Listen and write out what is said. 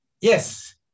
Yes